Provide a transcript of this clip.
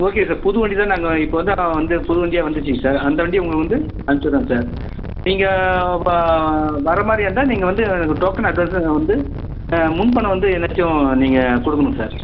okay sir புது வண்டி தான் நாங்கள் இப்போ வந்து வந்து புது வண்டியாக வந்துருச்சுங்க சார் அந்த வண்டியை உங்களுக்கு வந்து அமுச்சு விட்றேன் சார் நீங்கள் வ வர மாதிரி இருந்தால் நீங்கள் வந்து எனக்கு டோக்கன் அட்வான்ஸாக எனக்கு வந்து முன்பணம் வந்து ஏதாச்சும் நீங்கள் கொடுக்கணும் சார்